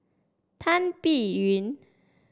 Tan Biyun